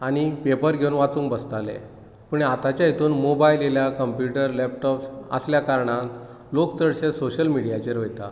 आनी पेपर घेवन वाचूंक बसताले पूण आताच्या हेतूंत मॉबायल येयला कंप्यूटर लॅपटोप्स आसल्या कारणान लोक चडशे सोशल मिडीयाचेर वयता